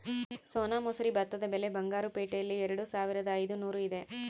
ಸೋನಾ ಮಸೂರಿ ಭತ್ತದ ಬೆಲೆ ಬಂಗಾರು ಪೇಟೆಯಲ್ಲಿ ಎರೆದುಸಾವಿರದ ಐದುನೂರು ಇದೆ